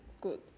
good